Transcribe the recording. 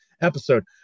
episode